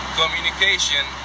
communication